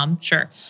Sure